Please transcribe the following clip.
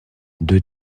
deux